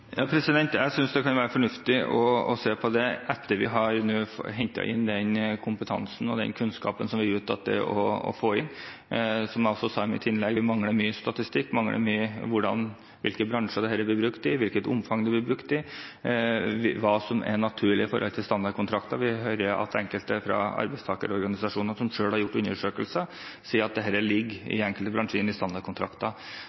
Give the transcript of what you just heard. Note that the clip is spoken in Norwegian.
Jeg synes det kan være fornuftig å se på det etter at vi har hentet inn den kompetansen og den kunnskapen som vi er ute etter å få inn. Som jeg også sa i mitt innlegg, mangler vi mye statistikk om hvilke bransjer dette blir brukt i, i hvilket omfang det blir brukt, og hva som er naturlig i standardkontrakter. Vi hører at enkelte arbeidstakerorganisasjoner som selv har gjort undersøkelser, sier at dette ligger i enkelte bransjers standardkontrakter.